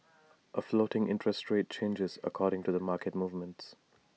A floating interest rate changes according to market movements